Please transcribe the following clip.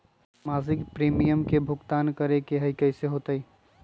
मासिक प्रीमियम के भुगतान करे के हई कैसे होतई?